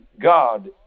God